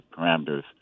parameters